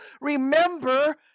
Remember